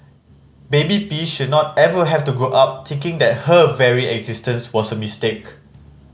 baby P should not ever have to grow up thinking that her very existence was a mistake